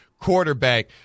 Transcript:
quarterback